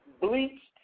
bleached